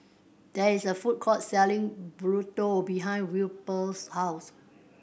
there is a food court selling Burrito behind Wilbur's house